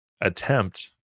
attempt